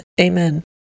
amen